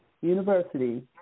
University